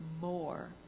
more